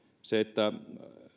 se että